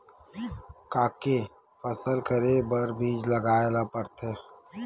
का के फसल करे बर बीज लगाए ला पड़थे?